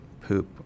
poop